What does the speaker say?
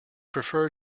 prefer